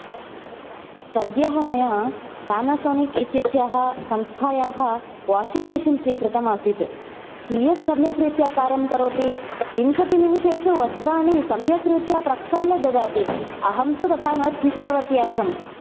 सद्यः मया पानसोनिक् इत्यस्याः संस्थायाः वाशीङ्ग् मशीन् स्वीकृतम् आसीत् कियत् सम्यक् रीत्या कार्यं करोति विंशतिनिमेषेषु वस्त्राणि सम्यक् रीत्या प्रक्षाल्य ददाति अहं तु तथा न चिन्तितवती आसम्